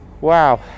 Wow